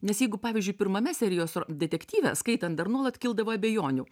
nes jeigu pavyzdžiui pirmame serijos detektyve skaitant dar nuolat kildavo abejonių